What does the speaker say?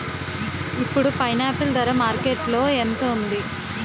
ఇప్పుడు పైనాపిల్ ధర మార్కెట్లో ఎంత ఉంది?